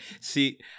See